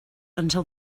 until